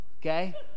okay